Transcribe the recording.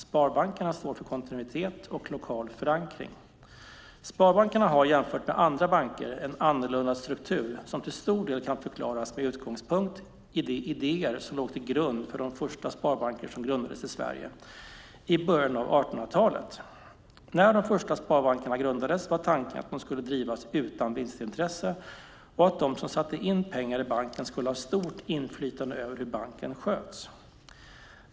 Sparbankerna står för kontinuitet och lokal förankring. Sparbankerna har, jämfört med andra banker, en annorlunda struktur som till stor del kan förklaras med utgångspunkt i de idéer som låg till grund för de första sparbanker som grundades i Sverige i början av 1800-talet. När de första sparbankerna grundades var tanken att de skulle drivas utan vinstintresse och att de som satte in pengar i banken skulle ha stort inflytande över hur banken sköts.